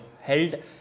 held